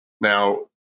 Now